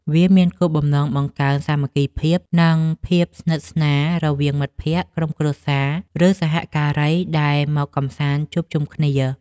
វាមានគោលបំណង បង្កើនសាមគ្គីភាព និងភាពស្និទ្ធស្នាលរវាងមិត្តភក្តិ ក្រុមគ្រួសារ ឬសហការីដែលមកកម្សាន្តជួបជុំគ្នា។